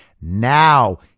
Now